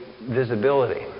visibility